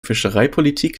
fischereipolitik